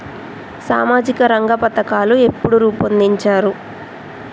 సామాజిక రంగ పథకాలు ఎప్పుడు రూపొందించారు?